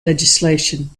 legislation